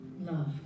Love